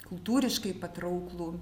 kultūriškai patrauklų